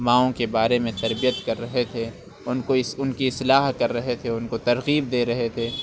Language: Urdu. ماؤں کے بارے میں تربیت کر رہے تھے اُن کو اِس اُن کی اصلاح کر رہے تھے اُن کو ترغیب دے رہے تھے